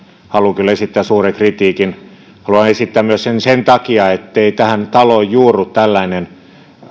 haluan kyllä esittää suuren kritiikin haluan esittää sen myös sen takia ettei tähän taloon juurru tällainen